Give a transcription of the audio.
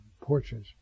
porches